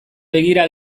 begira